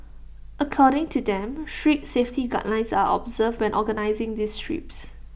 according to them strict safety guidelines are observed when organising these trips